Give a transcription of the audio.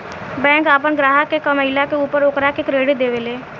bank आपन ग्राहक के कमईला के ऊपर ओकरा के क्रेडिट देवे ले